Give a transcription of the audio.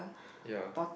ya